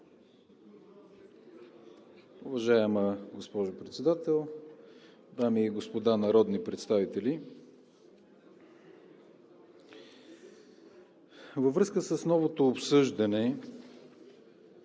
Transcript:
Уважаема госпожо Председател, дами и господа народни представители! Във връзка с новото обсъждане